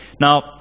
Now